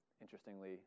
Interestingly